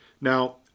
Now